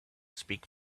speak